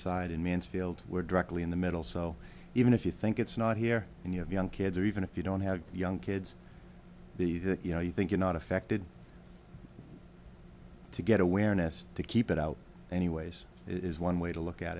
side and mansfield were directly in the middle so even if you think it's not here and you have young kids or even if you don't have young kids you know you think you're not affected to get awareness to keep it out anyways it is one way to look at